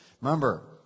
remember